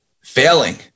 failing